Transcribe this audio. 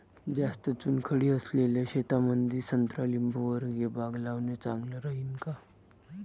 जास्त चुनखडी असलेल्या शेतामंदी संत्रा लिंबूवर्गीय बाग लावणे चांगलं राहिन का?